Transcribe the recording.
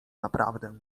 naprawdę